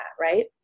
right